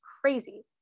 crazy